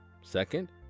Second